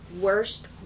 worst